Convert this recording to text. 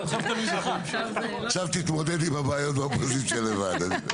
עכשיו תתמודד עם הבעיות באופוזיציה לבד.